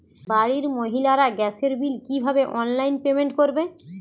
বাড়ির মহিলারা গ্যাসের বিল কি ভাবে অনলাইন পেমেন্ট করবে?